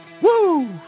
Woo